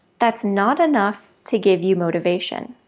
that's not enough to give you motivation.